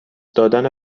دادن